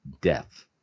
death